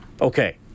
Okay